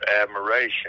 admiration